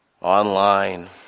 online